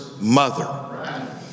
Mother